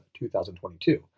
2022